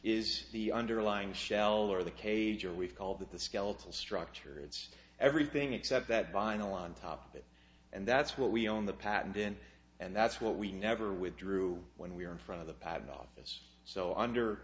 is the underlying shell or the cage or we've called that the skeletal structure it's everything except that vinyl on top of it and that's what we own the patent in and that's what we never withdrew when we were in front of the patent office so under